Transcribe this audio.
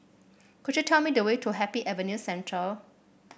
could you tell me the way to Happy Avenue Central